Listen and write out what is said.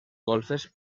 golfes